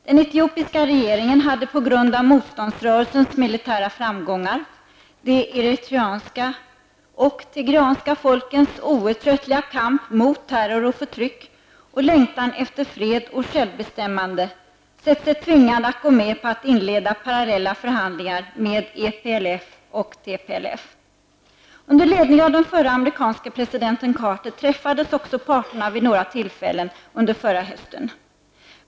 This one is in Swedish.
Den etiopiska regeringen hade på grund av motståndsrörelsens militära framgångar, de eritreanska och tigreanska folkens outtröttliga kamp mot terror och förtryck och längtan efter fred och självbestämmande, sett sig tvingad att gå med på att inleda parallella förhandlingar med EPLF Under ledning av den förre amerikanske presidenten Carter träffades också parterna vid några tillfällen under förra hösten.